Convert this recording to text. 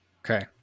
Okay